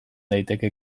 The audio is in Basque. daiteke